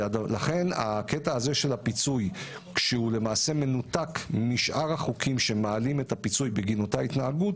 לכן הפיצוי כשהוא מנותק משאר החוקים שמעלים את הפיצוי בגין אותה התנהגות